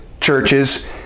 churches